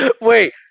Wait